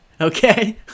Okay